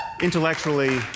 intellectually